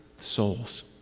souls